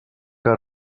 que